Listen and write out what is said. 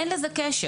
אין לזה קשר.